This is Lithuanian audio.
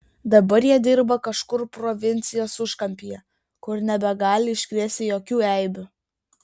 dabar jie dirba kažkur provincijos užkampyje kur nebegali iškrėsti jokių eibių